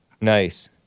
Nice